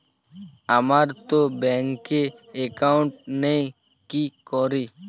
আমারতো ব্যাংকে একাউন্ট নেই কি করি?